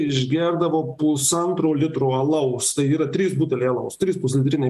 išgerdavo pusantro litro alaus tai yra trys buteliai alaus trys pusantriniai